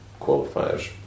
qualifiers